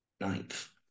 ninth